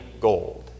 gold